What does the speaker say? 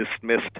dismissed